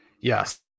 yes